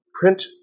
Print